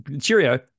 Cheerio